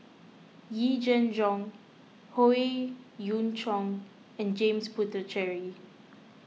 Yee Jenn Jong Howe Yoon Chong and James Puthucheary